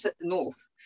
north